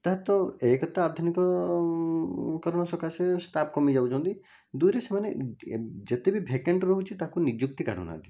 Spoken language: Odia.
ତାହାତ ଏକ ତ ଆଧୁନିକ କାରଣ ସକାଶେ ଷ୍ଟାଫ୍ କମିଯାଉଛନ୍ତି ଦୁଇରେ ସେମାନେ ଯେତେବି ଭାକାଣ୍ଟ ରହୁଛି ତାକୁ ନିଯୁକ୍ତି କାଢ଼ୁନାହାନ୍ତି